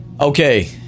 okay